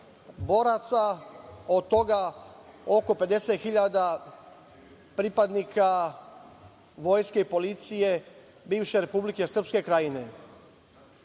boraca, od toga oko 50.000 pripadnika vojske i policije bivše Republike Srpske Krajine. Ključna